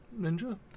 Ninja